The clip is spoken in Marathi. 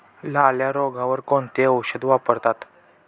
लाल्या रोगावर कोणते औषध वापरतात?